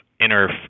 inner